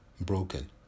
broken